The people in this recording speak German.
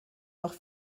noch